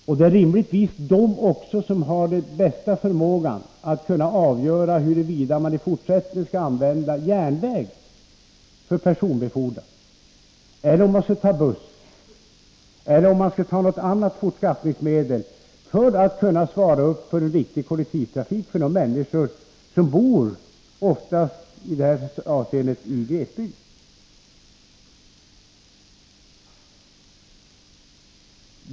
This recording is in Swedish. Det är då rimligtvis också dessa som har bästa förmågan att avgöra huruvida man i fortsättningen för personbefordran skall använda järnväg, buss eller något annat fortskaffningsmedel när det gäller att garantera en riktig kollektivtrafik för de människor som berörs — och som i det här fallet oftast bor i glesbygd.